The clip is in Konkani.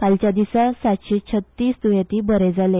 कालच्या दिसा सातशे छत्तीस द्येंती बरे जाले